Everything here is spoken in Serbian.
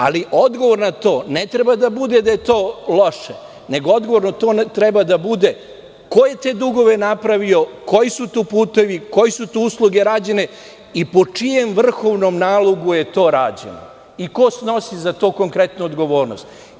Ali, odgovor na to ne treba da bude da je to loše, nego odgovor na to treba da bude – ko je te dugove napravio, koji su putevi, koje su usluge rađene, po čijem vrhovnom nalogu je to rađeno i ko snosi za to odgovornost?